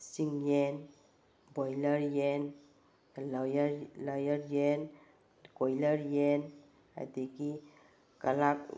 ꯆꯤꯡ ꯌꯦꯟ ꯕꯣꯏꯂꯔ ꯌꯦꯟ ꯂꯥꯌꯔ ꯂꯥꯌꯔ ꯌꯦꯟ ꯀꯣꯏꯂꯔ ꯌꯦꯟ ꯑꯗꯒꯤ ꯀꯗꯛ